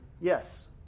Yes